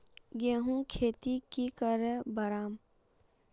गेंहू खेती की करे बढ़ाम?